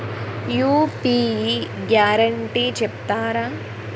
UPI guarantee చెప్తారా?